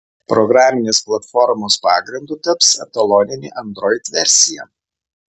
programinės platformos pagrindu taps etaloninė android versija